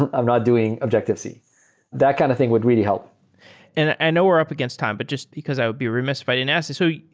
i'm not doing objective-c. that kind of thing would really help and i know we're up against time, but just because i'd be remised if i didn't asked this. so